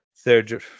third